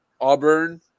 Auburn